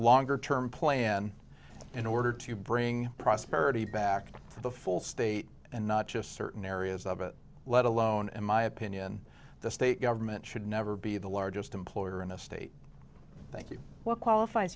longer term plan in order to bring prosperity back to the full state and not just certain areas of it let alone in my opinion the state government should never be the largest employer in a state thank you what qualifie